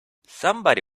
somebody